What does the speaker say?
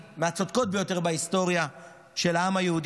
מהצודקות ביותר בהיסטוריה של העם היהודי,